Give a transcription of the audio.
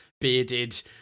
bearded